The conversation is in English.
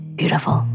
beautiful